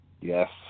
Yes